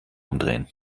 umdrehen